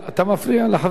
אתה מפריע לחבר שלך.